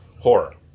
horror